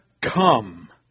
come